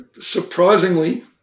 Surprisingly